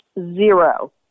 Zero